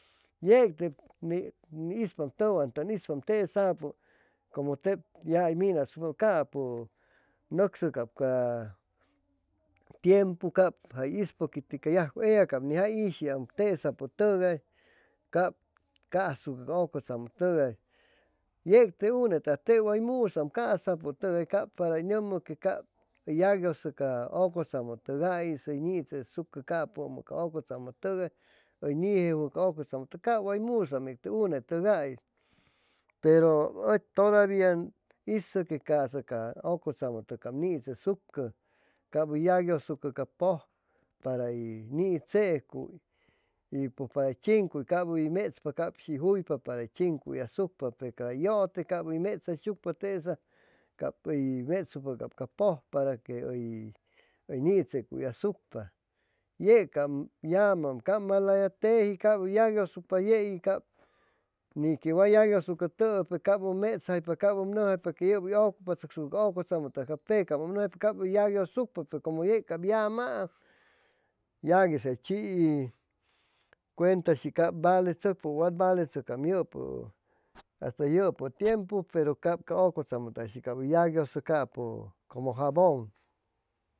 Yeit teb ni ispaam tuwan tun ispaam tesapu ya cumu tebyaut minasucpa capu nucsu capu tiempu cab jat istposuqui ella cab jay ispuqui tesa putugay cab cashucu ca ucutsamu tugay ye it te uneteway musaam casa putugay para que uy numu que cab yaguisu ca ucutsamu tugais ut nitsesucu ca pu ca ucutsamu tugay ut nijejuwu ca ucutsamu ca way musaam te ca tugay peru u tuda via un isu que casa ca puj para uy nitsecut y pus para uy chincuy cab uy metspa cab shi juypa para uy chincuy ashucpa pe ca llute cab ut metsashucpa cab uy yaguiushucpa te iy ni que wa yaguiushucutuu cab u metsaypa cab um numjaypa que yub ucupatsoca ca ucutsamu tugay ca pecaa m um numpa cab uy yaguiushucpa peru cumu yeg yamaam yagui jay chiii cuenta si cab valeshucpa u wat valeshucpa yupu asta yupu tiempu peru cab ca ucutsamu yaguiusu capu camu jabun